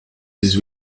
his